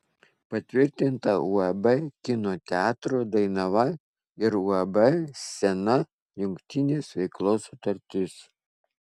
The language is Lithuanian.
patvirtinta uab kino teatro dainava ir uab scena jungtinės veiklos sutartis